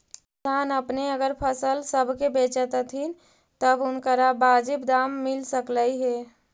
किसान अपने अगर फसल सब के बेचतथीन तब उनकरा बाजीब दाम मिल सकलई हे